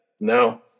No